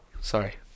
Sorry